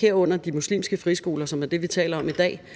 herunder de muslimske friskoler, som er det, vi taler om i dag,